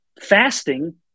fasting